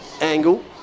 angle